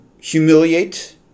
humiliate